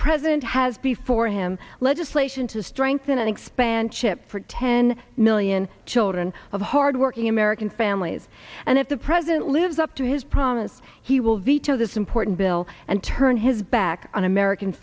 president has before him legislation to strengthen and expand chip for ten million children of hardworking american families and if the president lives up to his promise he will veto this important bill and turn his back on american